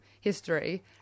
history